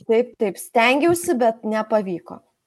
taip taip stengiausi bet nepavyko